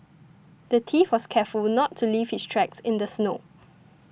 the thief was careful would not to leave his tracks in the snow